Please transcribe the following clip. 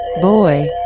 Boy